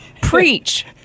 preach